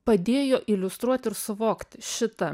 padėjo iliustruot ir suvokti šitą